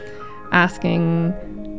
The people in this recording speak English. asking